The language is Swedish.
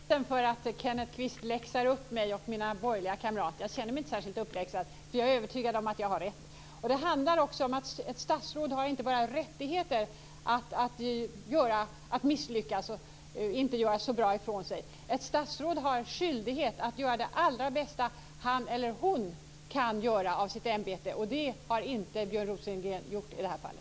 Fru talman! Jag är inte så ledsen för att Kenneth Kvist läxar upp mig och mina borgerliga kamrater. Jag känner mig inte särskilt uppläxad. Jag är övertygad om att jag har rätt. Det handlar också om att ett statsråd inte bara har rättigheter att misslyckas och inte göra så bra ifrån sig. Ett statsråd har skyldighet att göra det allra bästa han eller hon kan av sitt ämbete, och det har inte Björn Rosengren gjort i det här fallet.